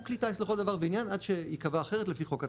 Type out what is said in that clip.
הוא כלי טייס לכל דבר ועניין עד שייקבע אחרת לפי חוק הטייס.